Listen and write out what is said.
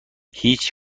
هیچ